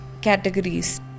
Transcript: categories